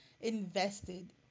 invested